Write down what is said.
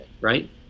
right